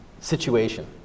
situation